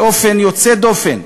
באופן יוצא דופן,